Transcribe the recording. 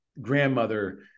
grandmother